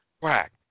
quack